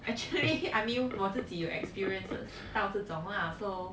actually I mean 我自己有 experience 到这种啦 so